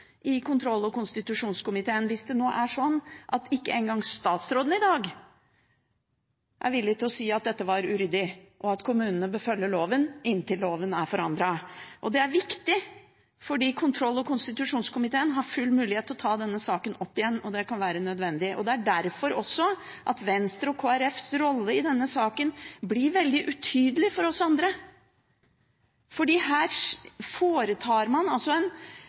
i kontroll- og konstitusjonskomiteen, hvis det nå er sånn at ikke engang statsråden i dag er villig til å si at dette var uryddig, og at kommunene bør følge loven inntil loven er forandret. Det er viktig, for kontroll- og konstitusjonskomiteen har full mulighet til å ta denne saken opp igjen, og det kan være nødvendig. Det er også derfor Venstre og Kristelig Folkepartis rolle i denne saken blir veldig utydelig for oss andre. Her foretar man altså en